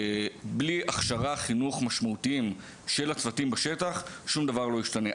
בלי הכשרה בשטח שום דבר לא ישתנה,